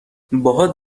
باهات